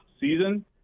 season